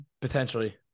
potentially